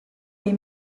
dei